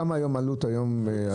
כמה העלות היום?